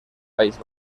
país